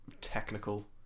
technical